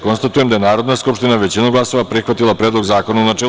Konstatujem da je Narodna skupština većinom glasova prihvatila Predlog zakona, u načelu.